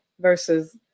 versus